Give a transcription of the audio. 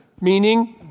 meaning